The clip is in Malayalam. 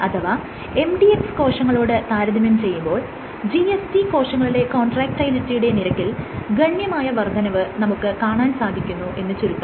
അഥവാ mdx കോശങ്ങളോട് താരതമ്യം ചെയ്യുമ്പോൾ gsg കോശങ്ങളിലെ കോൺട്രാക്റ്റയിലിറ്റിയുടെ നിരക്കിൽ ഗണ്യമായ വർദ്ധനവ് നമുക്ക് കാണാൻ സാധിക്കുന്നു എന്ന് ചുരുക്കം